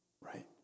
right